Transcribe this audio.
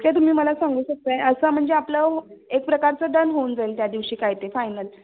ते तुम्ही मला सांगू शकताय असं म्हणजे आपलं एक प्रकारचं डन होऊन जाईल त्या दिवशी काय ते फायनल